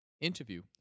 interview